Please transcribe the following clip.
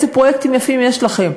איזה פרויקטים יפים יש לכם.